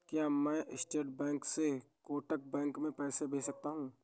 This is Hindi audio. क्या मैं स्टेट बैंक से कोटक बैंक में पैसे भेज सकता हूँ?